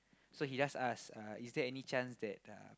so he just ask uh is there any chance that uh